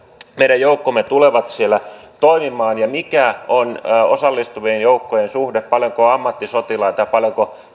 meidän joukkomme tulevat siellä toimimaan ja mikä on osallistuvien joukkojen suhde paljonko on ammattisotilaita ja paljonko